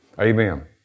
Amen